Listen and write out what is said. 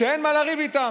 אין מה לריב איתם,